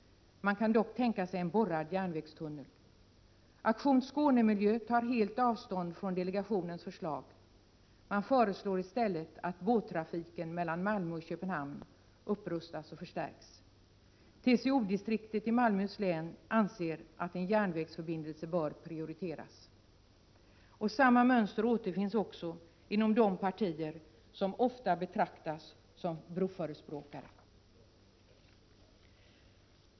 Man kan dock tänka sig en borrad järnvägstunnel. Aktion Skåne-miljö tar helt avstånd från delegationens förslag. Man föreslår i stället att båttrafiken mellan Malmö och Köpenhamn upprustas och förstärks. TCO-distriktet i Malmöhus län anser att en järnvägsförbindelse bör prioriteras. Samma mönster i remissvaren återfinns också inom de partier som ofta betraktas som broförespråkare.